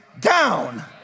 down